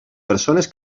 persones